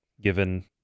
given